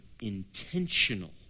intentional